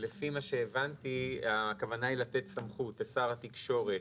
לפי מה שהבנתי, הכוונה היא לתת סמכות לשר התקשורת,